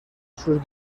sus